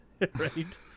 right